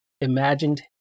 imagined